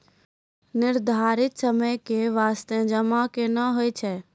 निर्धारित समय के बास्ते जमा केना होय छै?